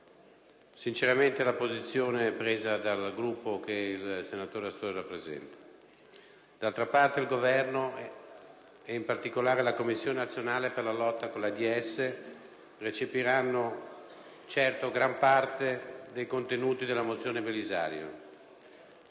apprezzamento per la posizione assunta dal Gruppo che il senatore Astore rappresenta. Il Governo, ed in particolare la Commissione nazionale per la lotta contro l'AIDS, recepiranno, certo, gran parte dei contenuti della mozione Belisario.